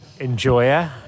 enjoyer